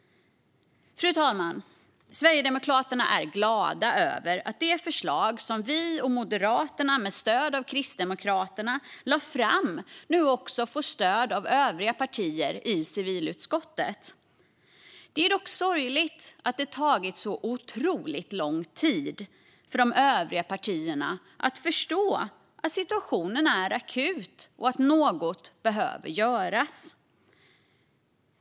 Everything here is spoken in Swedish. Fru talman! Vi i Sverigedemokraterna är glada över att det förslag som vi och Moderaterna med stöd av Kristdemokraterna lade fram nu också får stöd av övriga partier i civilutskottet. Det är dock sorgligt att det har tagit så otroligt lång tid för de övriga partierna att förstå att situationen är akut och att något behöver göras.